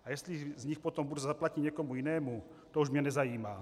A jestli z nich potom burza zaplatí někomu jinému, to už mě nezajímá.